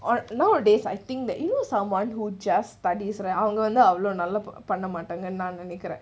uh nowadays I think that you know someone who just studies right அவங்கவந்துஅவ்ளோநல்லாபண்ணமாட்டாங்கன்னுநான்நெனைக்கிறேன்: avanka vandhu avlo nalla panna maataankannnu nan nenaikkiren